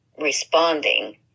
responding